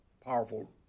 powerful